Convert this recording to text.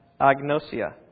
agnosia